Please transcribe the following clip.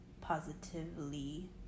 positively